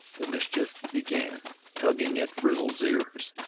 the mischief, began tugging at frizzle's ears,